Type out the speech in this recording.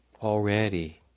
already